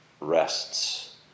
Rests